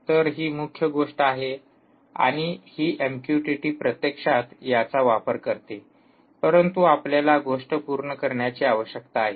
तर ही मुख्य गोष्ट आहे आणि ही एमक्यूटीटी प्रत्यक्षात याचा वापर करते परंतु आपल्याला गोष्ट पूर्ण करण्याची आवश्यकता आहे